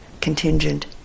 contingent